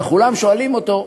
וכולם שואלים אותו: